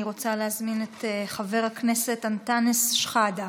אני רוצה להזמין את חבר הכנסת אנטאנס שחאדה.